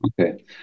Okay